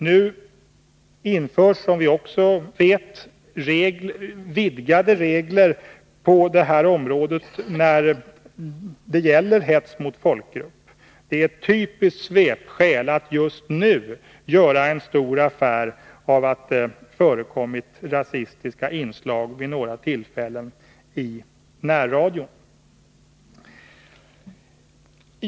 Nu införs, som också är bekant, vidgade regler när det gäller hets mot folkgrupp. Det är ett typiskt svepskäl att just nu göra en stor affär av att det förekommit rasistiska inslag vid några tillfällen i närradion.